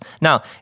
Now